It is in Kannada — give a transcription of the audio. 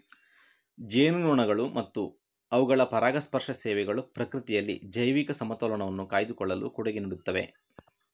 ಜೇನುನೊಣಗಳು ಮತ್ತು ಅವುಗಳ ಪರಾಗಸ್ಪರ್ಶ ಸೇವೆಗಳು ಪ್ರಕೃತಿಯಲ್ಲಿ ಜೈವಿಕ ಸಮತೋಲನವನ್ನು ಕಾಯ್ದುಕೊಳ್ಳಲು ಕೊಡುಗೆ ನೀಡುತ್ತವೆ